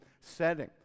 setting